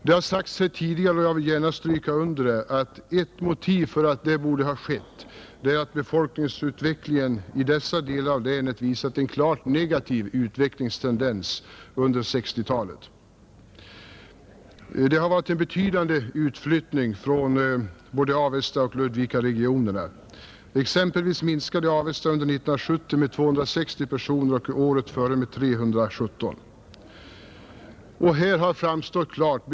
Det har framhållits av tidigare talare och jag vill gärna understryka det, att ett motiv för att så borde ha skett är att befolkningsutvecklingen i dessa delar av länet har visat en klart negativ utvecklingstendens under 1960-talet. Det har skett en betydande utflyttning från både Avestaoch Ludvikaregionerna, Sålunda minskade Avesta med 260 personer under 1970 och med 317 personer året före.